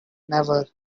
never